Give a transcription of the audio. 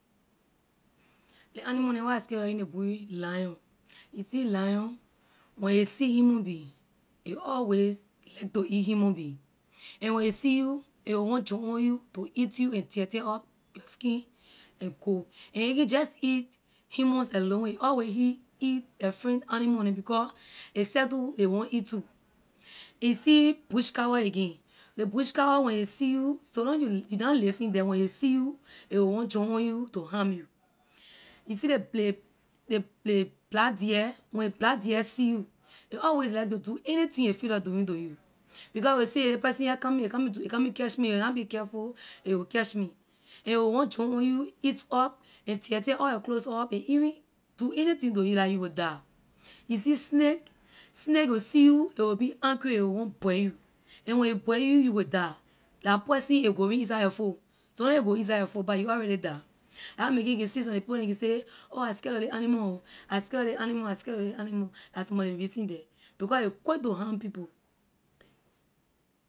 Ley animal neh where I scare lor in ley bush lion you see lion when a see human being a always like to eat human being and when a see you a will want jump on you to eat you and tear tear up your skin and go and a can’t just eat human alone a always he eat la friend animal neh because a seh too ley want eat too you see bush cow again ley bush cow when a see you so long you you na living the when a see you a will want jump on you to harm you you see ley ley ley ley black deer when black deer see you a always like to do anything a feel like doing to you because a will say ley person here coming ley coming do ley coming catch me a na be careful a will catch me and a will want jump on you eat up and tear tear all your clothes up and even do anything to you la you will die you see snake, snake will see you a will be angry a will want bite you and when a bite you you will die la poison a going inside your foot so long a go inside your foot pah you already die la why make it you can see some of ley people neh ley can say oh I scare lor ley animal I scare lor ley animal I scare lor ley animal la some of ley reason the because ley quick to harm people